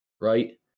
Right